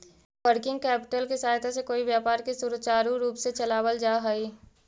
working capital के सहायता से कोई व्यापार के सुचारू रूप से चलावल जा हई